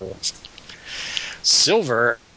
Silver